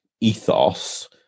ethos